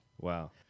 Wow